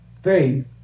faith